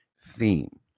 theme